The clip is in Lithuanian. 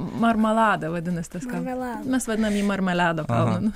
marmaladą vadinasi tas kalnas mes vadiname jį marmelado